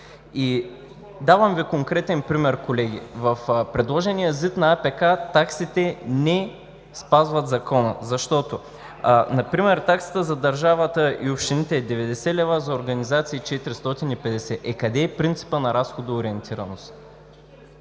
Давам конкретен пример, колеги. В предложения ЗИД на АПК таксите не спазват Закона, защото например таксата за държавата и общините е 90 лв., а за организации 450. Е, къде е принципът на разходоориентираност?